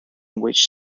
which